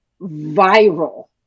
viral